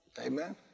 Amen